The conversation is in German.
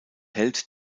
held